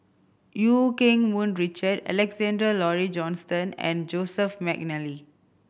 Eu Keng Mun Richard Alexander Laurie Johnston and Joseph McNally